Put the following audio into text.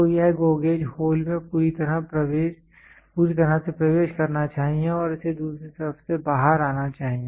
तो यह GO gauge hole में पूरी तरह से प्रवेश करना चाहिए और इसे दूसरी तरफ से बाहर आना चाहिए